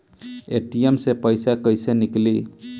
ATM से पैसा कैसे नीकली?